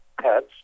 pets